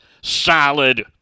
solid